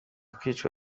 kwicwa